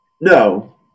No